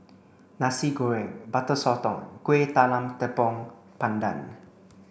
Nasi Goreng Butter Sotong and Kueh Talam Tepong Pandan